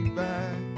back